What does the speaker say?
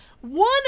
one